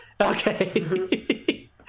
Okay